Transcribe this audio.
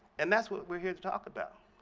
and that's what we're here to talk about.